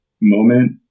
moment